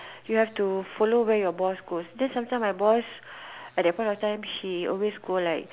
you have to follow where boss goes then sometimes my boss at that point of time she always go like